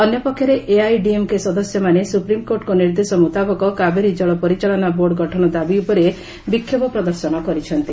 ଅନ୍ୟପକ୍ଷରେ ଏଆଇଏଡିଏମ୍କେ ସଦସ୍ୟମାନେ ସୁପ୍ରିମ୍କୋର୍ଟଙ୍କ ନିର୍ଦ୍ଦେଶ ମୁତାବକ କାବେରୀ ଜଳ ପରିଚାଳନା ବୋର୍ଡ଼ ଗଠନ ଦାବି ଉପରେ ବିକ୍ଷୋଭ ପ୍ରଦର୍ଶନ କରିଛନ୍ତି